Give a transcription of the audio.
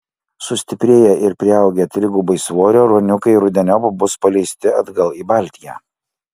sustiprėję ir priaugę trigubai svorio ruoniukai rudeniop bus paleisti atgal į baltiją